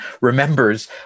remembers